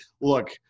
look